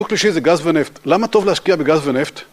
אםיק שלישי זה גז ונפט, למה טוב להשקיע בגז ונפט?